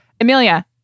Amelia